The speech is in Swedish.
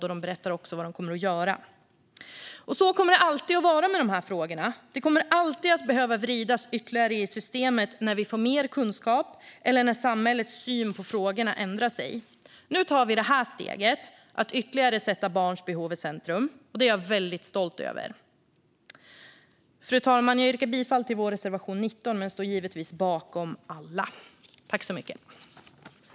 Regeringen berättar också vad man kommer att göra. Så här kommer det alltid att vara med de här frågorna; det kommer alltid att behöva vridas ytterligare i systemet när vi får mer kunskap eller när samhällets syn på frågorna ändrar sig. Nu tar vi det här steget: att ytterligare sätta barns behov i centrum. Det är jag väldigt stolt över. Fru talman! Jag yrkar bifall till vår reservation 19 men står givetvis bakom alla våra reservationer.